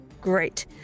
Great